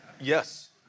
Yes